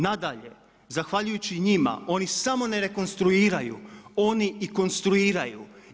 Nadalje, zahvaljujući njima oni samo ne rekonstruiraju, oni i konstruiraju.